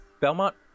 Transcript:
Belmont